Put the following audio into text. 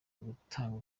ugutanga